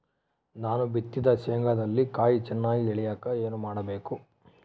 ನಾನು ಬಿತ್ತಿದ ಶೇಂಗಾದಲ್ಲಿ ಕಾಯಿ ಚನ್ನಾಗಿ ಇಳಿಯಕ ಏನು ಮಾಡಬೇಕು?